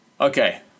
Okay